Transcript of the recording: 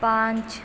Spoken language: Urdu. پانچ